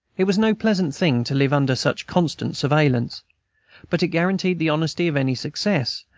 it was no pleasant thing to live under such constant surveillance but it guaranteed the honesty of any success,